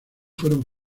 fueron